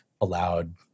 allowed